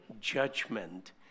judgment